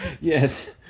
Yes